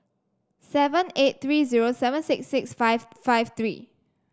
seven eight three zero seven six six five five three